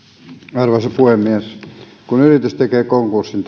arvoisa puhemies kun yritys tekee konkurssin